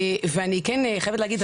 אני כן חייבת להגיד,